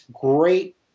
great